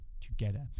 together